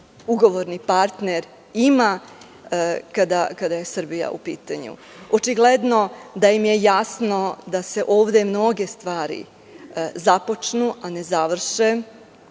ugovorni partner ima kada je Srbija u pitanju? Očigledno da im je jasno da se ovde mnoge stvari započnu, a ne završe,